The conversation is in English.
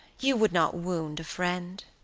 you would not wound a friend?